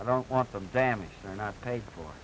i don't want them damn it they're not paid for